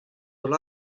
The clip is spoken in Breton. holl